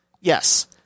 yes